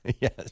Yes